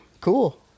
Cool